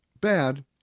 bad